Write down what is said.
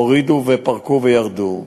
הורידו ופרקו וירדו.